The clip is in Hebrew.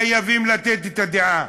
חייבים לתת עליה את הדעת.